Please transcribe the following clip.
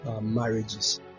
marriages